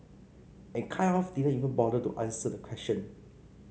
and kind of didn't even bother to answer the question